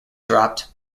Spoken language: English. dropped